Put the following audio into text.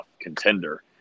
contender